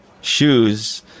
shoes